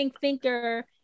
thinker